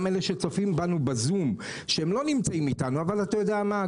אלה שצופים בנו בזום שלא נמצאים איתנו אבל אתה יודע מה?